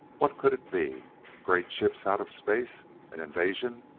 what could it be great ships out of space an invasion?